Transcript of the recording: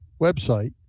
website